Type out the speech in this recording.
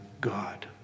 God